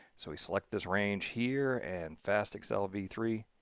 so we select this range here and fastexcel v three,